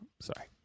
sorry